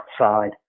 outside